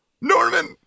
Norman